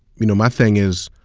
you know my thing is,